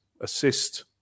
assist